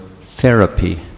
therapy